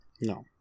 No